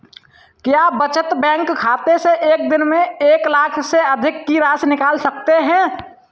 क्या बचत बैंक खाते से एक दिन में एक लाख से अधिक की राशि निकाल सकते हैं?